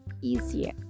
easier